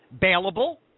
Bailable